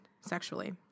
sexually